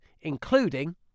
including